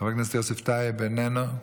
חבר הכנסת יוסף טייב, איננו,